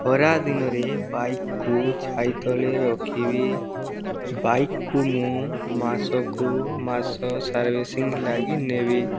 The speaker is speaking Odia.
ଖରାଦିନରେ ବାଇକ୍କୁ ଛାଇ ତଳେ ରଖିବି ବାଇକ୍କୁ ମୁଁ ମାସକୁ ମାସ ସର୍ଭିସିଂ ଲାଗି ନେବି